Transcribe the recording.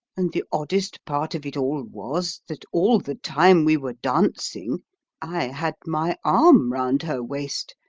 and the oddest part of it all was, that all the time we were dancing i had my arm round her waist,